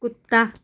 ਕੁੱਤਾ